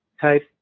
type